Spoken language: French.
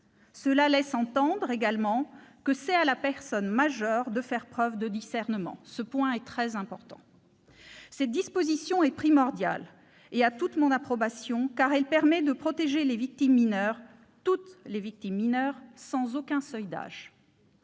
Cela laisse entendre également que c'est à la personne majeure de faire preuve de discernement. Cette disposition est primordiale et a toute mon approbation, car elle permet de protéger les victimes mineures, toutes les victimes mineures sans seuil d'âge.